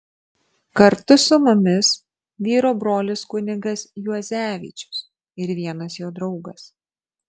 kartu su mumis vyro brolis kunigas juozevičius ir vienas jo draugas